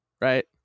right